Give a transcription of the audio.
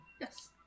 Yes